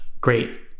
great